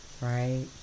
right